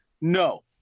No